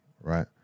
right